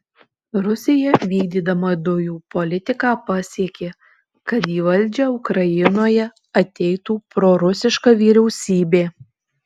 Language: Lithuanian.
rusija vykdydama dujų politiką pasiekė kad į valdžią ukrainoje ateitų prorusiška vyriausybė